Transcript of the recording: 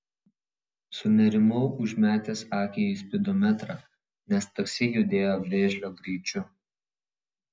sunerimau užmetęs akį į spidometrą nes taksi judėjo vėžlio greičiu